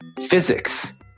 physics